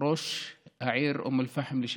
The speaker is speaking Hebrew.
ראש העיר אום אל-פחם לשעבר,